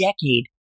decade